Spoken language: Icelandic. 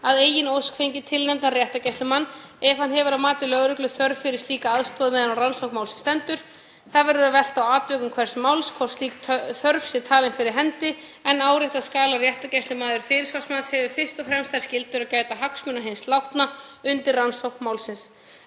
að eigin ósk fengið tilnefndan réttargæslumann ef hann hefur að mati lögreglu þörf fyrir slíka aðstoð meðan á rannsókn málsins stendur. Það verður að velta á atvikum hvers máls hvort slík þörf sé talin fyrir hendi en áréttað skal að réttargæslumaður fyrirsvarsmanns hefur fyrst og fremst þær skyldur að gæta hagsmuna hins látna undir rannsókn málsins.